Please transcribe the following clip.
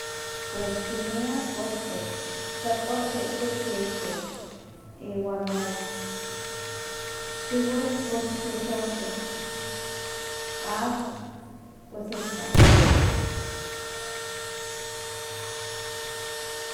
Pues kinah kostik, tzapotl ihtik tliltik, iwan neka xiwitl pos xoxohtik, atl pues istak.